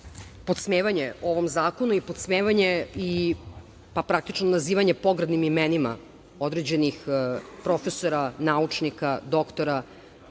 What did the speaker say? podsmevanje ovom zakonu i podsmevanje, praktično nazivanje pogrdnim imenima određenih profesora, naučnika, doktora,